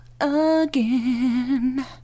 again